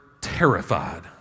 terrified